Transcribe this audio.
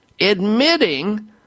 admitting